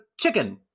chicken